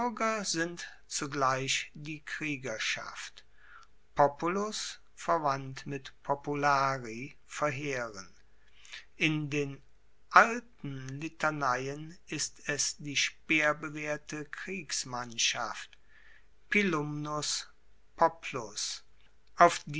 sind zugleich die kriegerschaft populus verwandt mit populari verheeren in den alten litaneien ist es die speerbewehrte kriegsmannschaft pilumnus poplus auf